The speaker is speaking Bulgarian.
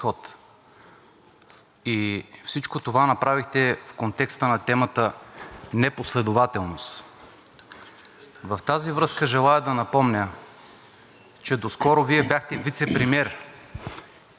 В тази връзка, желая да напомня, че доскоро Вие бяхте вицепремиер и министър в кабинет, при който имаше рекорден износ на оръжие